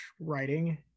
writing